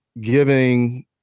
giving